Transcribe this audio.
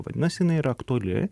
vadinasi jinai yra aktuali